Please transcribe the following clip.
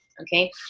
Okay